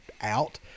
out